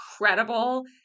incredible